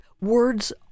words